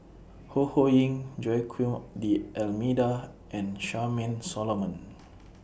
Ho Ho Ying Joaquim D'almeida and Charmaine Solomon